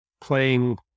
playing